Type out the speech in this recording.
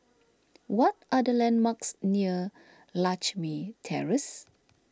what are the landmarks near Lakme Terrace